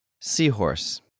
Seahorse